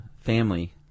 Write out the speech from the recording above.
family